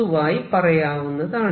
പൊതുവായി പറയാവുന്നതാണ്